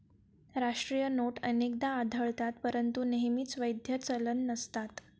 राष्ट्रीय नोट अनेकदा आढळतात परंतु नेहमीच वैध चलन नसतात